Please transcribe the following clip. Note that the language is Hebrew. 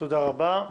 תודה רבה.